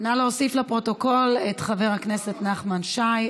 נא להוסיף לפרוטוקול את חבר הכנסת נחמן שי,